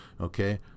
Okay